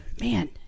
man